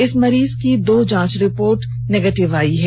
इस मरीज की दो जांच रिपोर्ट नेगेटिव आयी है